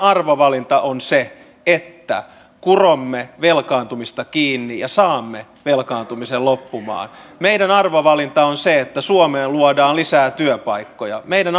arvovalintamme on se että kuromme velkaantumista kiinni ja saamme velkaantumisen loppumaan meidän arvovalintamme on se että suomeen luodaan lisää työpaikkoja meidän